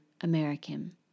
American